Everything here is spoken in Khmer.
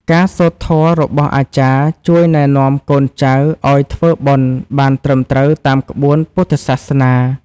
ការសូត្រធម៌របស់អាចារ្យ ជួយណែនាំកូនចៅឱ្យធ្វើបុណ្យបានត្រឹមត្រូវតាមក្បួនពុទ្ធសាសនា។